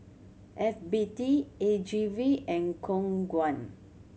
F B T A G V and Khong Guan